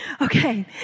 Okay